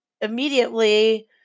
immediately